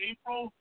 April